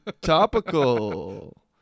Topical